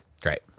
Great